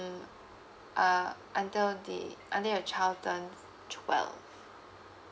mm uh until the until your child turns twelve